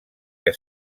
que